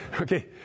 Okay